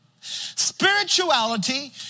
Spirituality